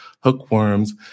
hookworms